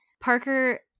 Parker